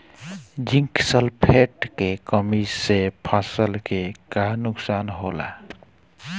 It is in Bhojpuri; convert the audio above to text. जिंक सल्फेट के कमी से फसल के का नुकसान होला?